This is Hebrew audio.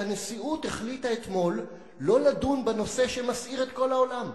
כשהנשיאות החליטה אתמול לא לדון בנושא שמסעיר את כל העולם,